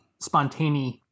spontaneous